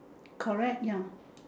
correct ya